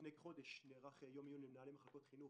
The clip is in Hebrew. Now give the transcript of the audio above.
לפני כחודש נערך יום עיון למנהלי מחלקות חינוך,